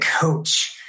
coach